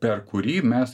per kurį mes